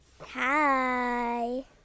Hi